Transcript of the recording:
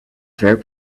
fair